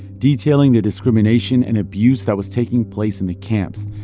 detailing the discrimination and abuse that was taking place in the camps,